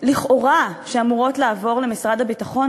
לכאורה שאמורות לעבור למשרד הביטחון,